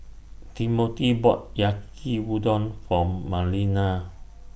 Timmothy bought Yaki Udon For Marlena